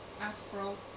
Afro